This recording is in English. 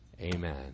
Amen